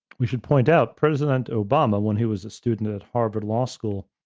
we should point out president obama when he was a student and at harvard law school,